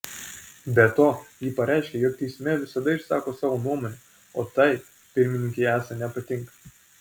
be to ji pareiškė jog teisme visada išsako savo nuomonę o tai pirmininkei esą nepatinka